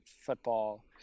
football